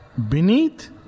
Beneath